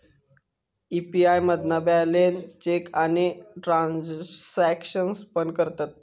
UPI मधना balance check आणि transaction पण करतत